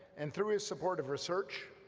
and through his support of research,